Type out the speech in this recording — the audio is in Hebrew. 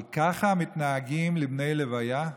אבל כך מתנהגים לבני לוויה?